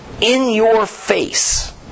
in-your-face